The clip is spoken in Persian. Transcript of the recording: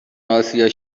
اسیا